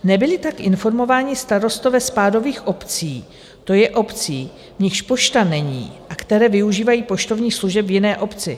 Nebyli tak informováni starostové spádových obcí, to je obcí, v nichž pošta není a které využívají poštovních služeb v jiné obci.